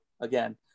again